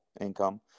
income